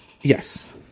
Yes